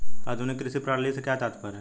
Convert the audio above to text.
आधुनिक कृषि प्रणाली से क्या तात्पर्य है?